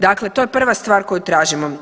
Dakle to je prva stvar koju tražimo.